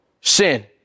Sin